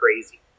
crazy